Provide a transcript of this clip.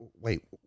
wait